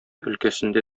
өлкәсендә